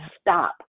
stop